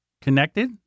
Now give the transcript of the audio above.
connected